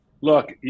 look